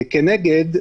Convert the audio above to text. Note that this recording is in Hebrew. כנגד,